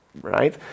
right